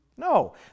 No